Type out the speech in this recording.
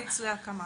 --- להקמה.